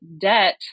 debt